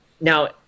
Now